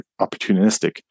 opportunistic